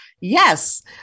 Yes